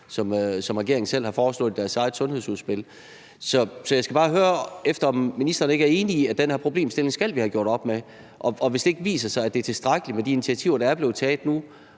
som regeringen selv har foreslået i deres eget sundhedsudspil. Så jeg skal bare høre, om ministeren ikke er enig i, at den her problemstilling skal vi have gjort op med, og om regeringen, hvis det viser sig, at det ikke er tilstrækkeligt med de initiativer, der er blevet taget nu,